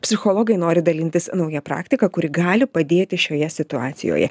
psichologai nori dalintis nauja praktika kuri gali padėti šioje situacijoje